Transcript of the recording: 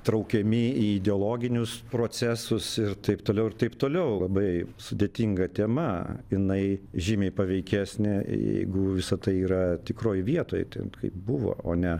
traukiami į ideologinius procesus ir taip toliau ir taip toliau labai sudėtinga tema jinai žymiai paveikesnė jeigu visa tai yra tikroj vietoj ten kaip buvo o ne